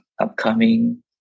upcoming